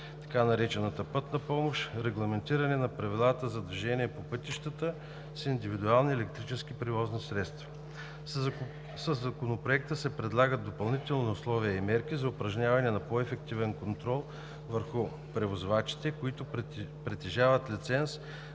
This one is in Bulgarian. така наречената Пътна помощ; регламентиране на правилата за движението по пътищата с индивидуални електрически превозни средства. Със Законопроекта се предлагат допълнителни условия и мерки за упражняване на по-ефективен контрол върху превозвачите, които притежават лиценз